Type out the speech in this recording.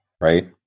right